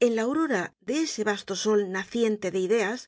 en la aurora de ese vasto sol naciente de ideas